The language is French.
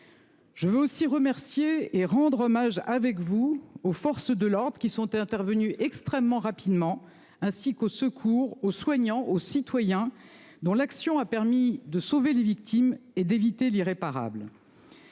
Je veux aussi remercier et rendre hommage avec vous aux forces de l'ordre qui sont intervenues extrêmement rapidement, ainsi qu'aux secours aux soignants aux citoyens dont l'action a permis de sauver les victimes et d'éviter l'irréparable.